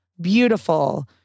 beautiful